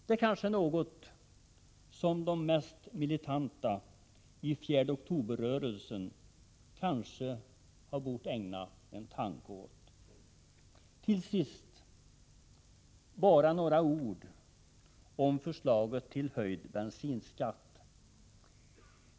Det är kanske något som de mest militanta i 4 oktober-rörelsen borde ägna en tanke åt. Till sist vill jag med några få ord beröra förslaget till höjd bensinskatt.